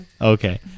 Okay